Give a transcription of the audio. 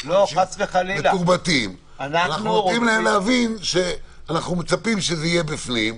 אנחנו נותנים להם להבין שאנחנו מצפים שזה יהיה בפנים,